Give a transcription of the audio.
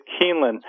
Keeneland